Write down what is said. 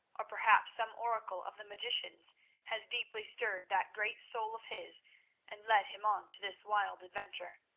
or perhaps some oracle of the magicians has deeply stirred that great soul of his and led him on to this wild adventure.